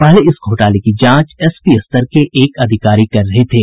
पहले इस घोटाले की जांच एसपी स्तर के एक अधिकारी कर रहे थे